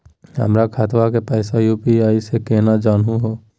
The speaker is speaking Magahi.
हमर खतवा के पैसवा यू.पी.आई स केना जानहु हो?